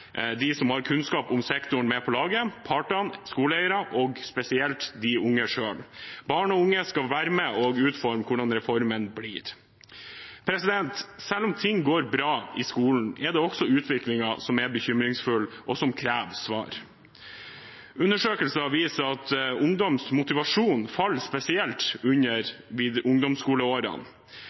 de som har kunnskap om sektoren: partene, skoleeiere og spesielt de unge selv. Barn og unge skal være med på å utforme hvordan reformen blir. Selv om ting går bra i skolen, er det også utvikling som er bekymringsfulle, og som krever svar. Undersøkelser viser at ungdommens motivasjon faller spesielt under ungdomsskoleårene.